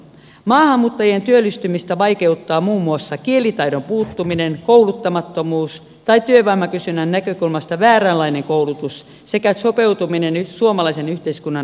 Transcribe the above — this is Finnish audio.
maahanmuuttajien työllistymistä vaikeuttaa muun muassa kielitaidon puuttuminen kouluttamattomuus tai työvoimakysynnän näkökulmasta vääränlainen koulutus sekä sopeutuminen suomalaisen yhteiskunnan arkeen